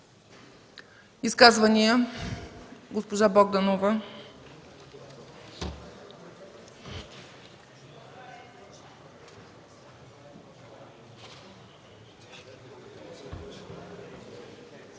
Изказвания? Госпожа Богданова.